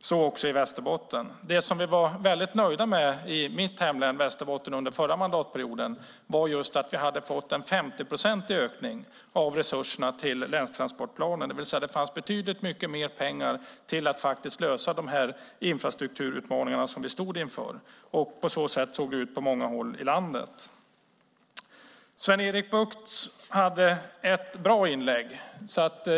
och så också i Västerbotten. Det vi var väldigt nöjda med i mitt hemlän Västerbotten under förra mandatperioden var att vi hade fått en 50-procentig ökning av resurserna till länstransportplanen. Det fanns betydligt mycket mer pengar att lösa de infrastrukturutmaningar som vi stod inför. På det sättet såg det ut på många håll i landet. Sven-Erik Bucht hade ett bra inlägg.